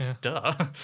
duh